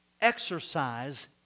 exercise